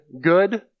good